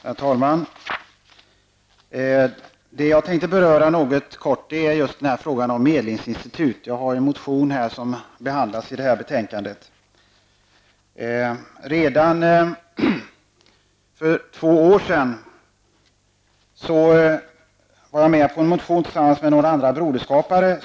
Herr talman! Jag tänkte något kort beröra frågan om ett medlingsinstitut. Jag har väckt en motion om detta som behandlas i detta betänkande. Redan för två år sedan var jag med på en motion tillsammans med några andra broderskapare.